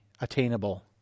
attainable